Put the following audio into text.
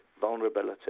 vulnerability